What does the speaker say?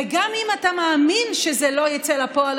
ואם אתה מאמין שזה לא יצא לפועל,